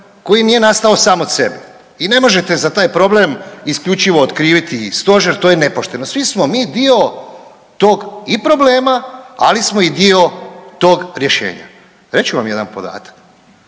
koji nije nastao sam od sebe i ne možete za taj problem isključivo okriviti i stožer, to je nepošteno. Svi smo mi dio tog i problema, ali smo i dio tog rješenja. Reći ću vam jedan podatak.